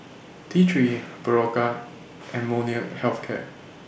T three Berocca and Molnylcke Health Care